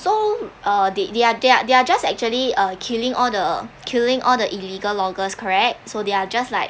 so uh they they're they're they're just actually uh killing all the killing all the illegal loggers correct so they're just like